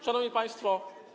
Szanowni Państwo!